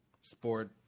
sport